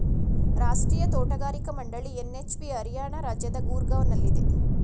ರಾಷ್ಟ್ರೀಯ ತೋಟಗಾರಿಕಾ ಮಂಡಳಿ ಎನ್.ಎಚ್.ಬಿ ಹರಿಯಾಣ ರಾಜ್ಯದ ಗೂರ್ಗಾವ್ನಲ್ಲಿದೆ